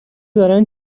دارن